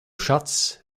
shuts